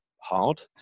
hard